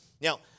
Now